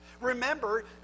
Remember